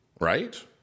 right